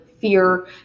fear